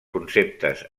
conceptes